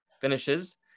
Finishes